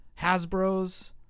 Hasbro's